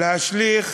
להשליך